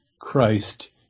Christ